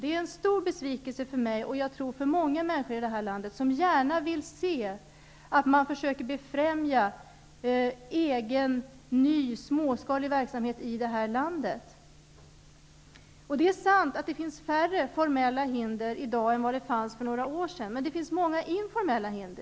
Det är en stor besvikelse för mig och säkert för många människor i det här landet, som gärna vill se att man försöker befrämja egen ny småskalig verksamhet i landet. Det är sant att det finns färre formella hinder i dag än det fanns för några år sedan, men det finns många informella hinder.